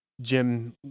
Jim